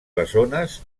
bessones